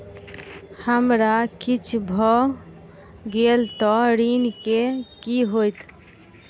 हमरा किछ भऽ गेल तऽ ऋण केँ की होइत?